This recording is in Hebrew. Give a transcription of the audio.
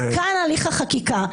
כאן הליך החקיקה.